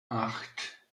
acht